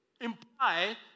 imply